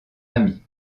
amis